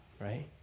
right